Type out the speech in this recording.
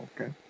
okay